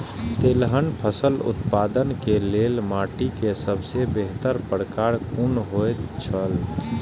तेलहन फसल उत्पादन के लेल माटी के सबसे बेहतर प्रकार कुन होएत छल?